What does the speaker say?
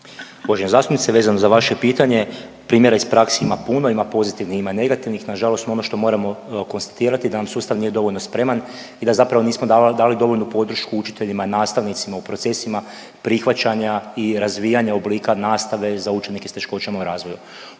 Uvažena zastupnice. Vezano za vaše pitanje, primjera iz praksi ima puno, ima pozitivnih, ima negativnih. Nažalost ono što moramo konstatirati da nam sustav nije dovoljno spreman i da zapravo nismo dali dovoljnu podršku učiteljima, nastavnicima u procesima prihvaćanja i razvijanja oblika nastave za učenike s teškoćama u razvoju.